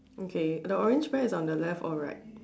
okay the orange pear is on the left or right